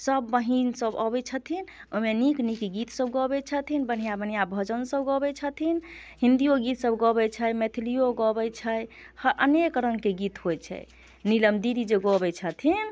सभ बहीन सभ अबै छथिन ओहिमे नीक नीक गीत सभ गबै छथिन बढ़िऑं बढ़िऑं भजन सभ गबै छथिन हिन्दियो गीत सभ गबै छै मैथिलियो गबै छै अनेक रंगके गीत होइ छै नीलम दीदी जे गबै छथिन